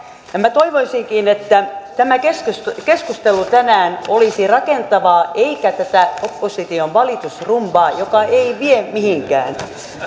minä toivoisinkin että keskustelu tänään olisi rakentavaa eikä tätä opposition valitusrumbaa joka ei vie mihinkään